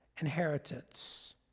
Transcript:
inheritance